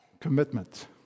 commitment